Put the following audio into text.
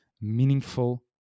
meaningful